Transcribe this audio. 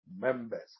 members